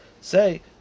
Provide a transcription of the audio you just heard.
Say